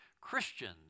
Christians